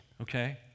okay